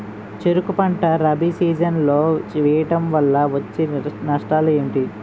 చెరుకు పంట రబీ సీజన్ లో వేయటం వల్ల వచ్చే నష్టాలు ఏంటి?